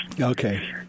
Okay